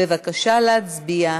בבקשה להצביע.